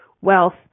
Wealth